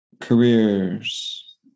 Careers